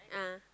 ah